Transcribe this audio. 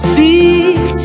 Speak